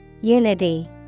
Unity